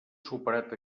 superat